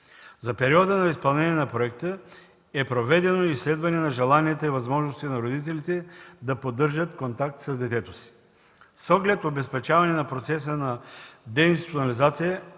За периода на изпълнение на проекта е проведено изследване на желанията и възможностите на родителите да поддържат контакт с детето си. С оглед обезпечаване на процеса на деинституционализация